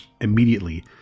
immediately